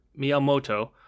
Miyamoto